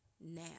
now